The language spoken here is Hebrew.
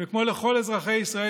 כמו לכל אזרחי ישראל,